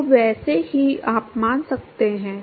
तो वैसे ही आप मान सकते हैं